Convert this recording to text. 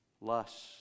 lust